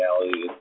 reality